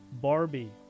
barbie